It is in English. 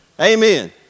Amen